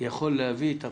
יכול להביא את הבשורה.